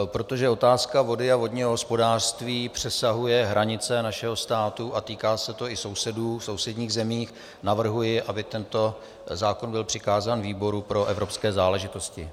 Protože otázka vody a vodního hospodářství přesahuje hranice našeho státu a týká se to i sousedů v sousedních zemích, navrhuji, aby tento zákon byl přikázán výboru pro evropské záležitosti.